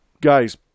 guys